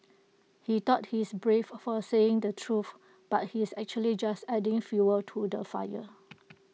he thought he's brave for saying the truth but he's actually just adding fuel to the fire